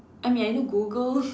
I mean I know Google